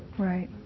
Right